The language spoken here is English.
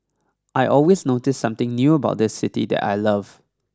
I always notice something new about this city that I love